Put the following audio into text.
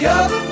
up